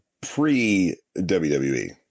Pre-WWE